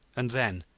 and then,